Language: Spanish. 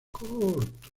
corto